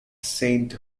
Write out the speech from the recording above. saint